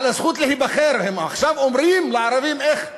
הם עכשיו אומרים לערבים איך להיבחר.